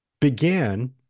began